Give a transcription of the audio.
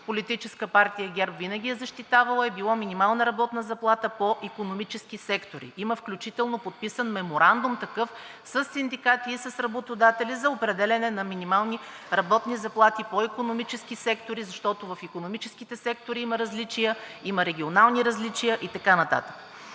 Политическа партия ГЕРБ винаги е защитавала, е било минимална работна заплата по икономически сектори. Включително има подписан такъв меморандум със синдикати и с работодатели за определяне на минимални работни заплати по икономически сектори, защото в икономическите сектори има различия – има регионални различия, и така нататък.